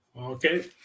okay